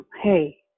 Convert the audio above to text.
Hey